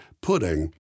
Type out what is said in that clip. pudding